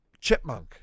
chipmunk